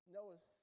Noah's